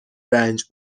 رنج